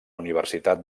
universitat